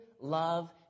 love